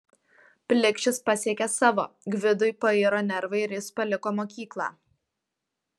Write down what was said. plikšis pasiekė savo gvidui pairo nervai ir jis paliko mokyklą